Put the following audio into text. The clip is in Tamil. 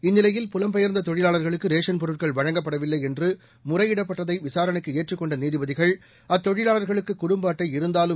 இந்நிலையில் புலம்பெயர்ந்த தொழிலாளர்களுக்கு ரேஷன் பொருட்கள் வழங்கப்படவில்லை என்று முறையிடப்பட்டதை விசாரணைக்கு ஏற்றுக் கொண்ட நீதிபதிகள் அத்தொழிலாளர்களுக்கு குடும்ப அட்டை இருந்தாலும்